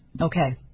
Okay